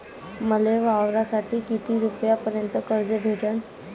मले वावरासाठी किती रुपयापर्यंत कर्ज भेटन?